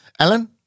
Alan